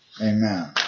Amen